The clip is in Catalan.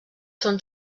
són